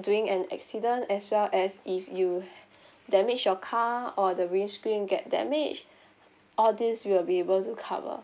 doing an accident as well as if you had damaged your car or the windscreen get damaged all this we will be able to cover